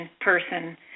person